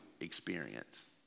experience